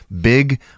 big